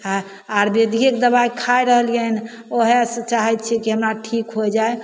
आओर आयुर्वेदियेके दवाइ खाइ रहलियै हन ओएह सँ चाहय छियै कि हमरा ठीक होइ जाइ